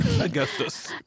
Augustus